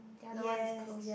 the other one is close